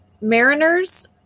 Mariners